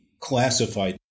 classified